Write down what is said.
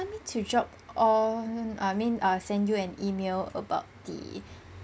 want me to drop on I mean err send you an email about the